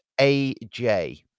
aj